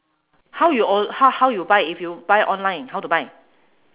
how you or~ how how you buy if you buy online how to buy